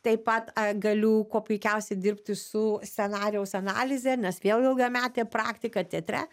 taip pat galiu kuo puikiausiai dirbti su scenarijaus analize nes vėl ilgametė praktika teatre